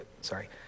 Sorry